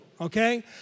Okay